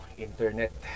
internet